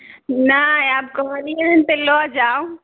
नहि आब कहलियैहँ तऽ लऽ जाउ